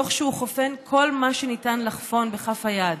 תוך שהוא חופן כל מה שניתן לחפון בכף היד: